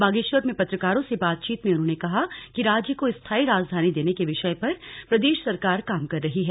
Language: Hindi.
बागेश्वर में पत्रकारों से बातचीत में उन्होंने कहा कि राज्य को स्थाई राजधानी देने के विषय पर प्रदेश सरकार काम कर रही है